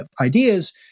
ideas